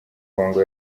congo